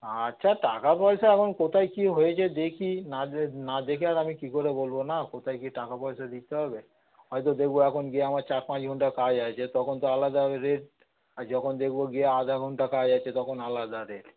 আচ্ছা টাকা পয়সা এখন কোথায় কি হয়েছে দেখি না না দেখে আর আমি কি করে বলবো না কোথায় কি টাকা পয়সা দিতে হবে হয়তো দেখবো এখন গিয়ে আমার চার পাঁচ ঘন্টা কাজ আছে তখন তো আলাদা রেট আর যখন দেখবো গিয়ে আধা ঘন্টা কাজ আছে তখন আলাদা রেট